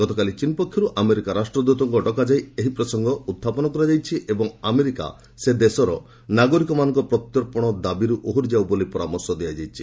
ଗତକାଲି ଚୀନ୍ ପକ୍ଷରୁ ଆମେରିକା ରାଷ୍ଟ୍ରଦୂତଙ୍କୁ ଡକାଯାଇ ଏ ପ୍ରସଙ୍ଗ ଉତ୍ଥାପନ କରାଯାଇଛି ଏବଂ ଆମେରିକା ସେ ଦେଶର ନାଗରିକମାନଙ୍କ ପ୍ରତ୍ୟର୍ପଣ ଦାବିରୁ ଓହରିଯାଉ ବୋଲି ପରାମର୍ଶ ଦିଆଯାଇଛି